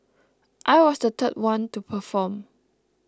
I was the third one to perform